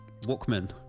Walkman